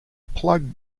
plug